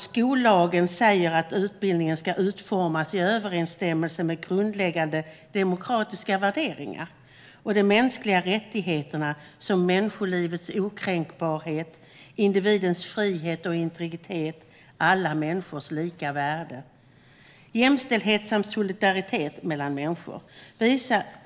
Skollagen säger att utbildningen ska utformas i överensstämmelse med grundläggande demokratiska värderingar och de mänskliga rättigheterna, som människolivets okränkbarhet, individens frihet och integritet, alla människors lika värde, jämställdhet samt solidaritet mellan människor.